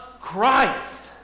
Christ